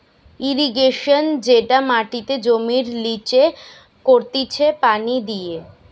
irrigation যেটা মাটিতে জমির লিচে করতিছে পানি দিয়ে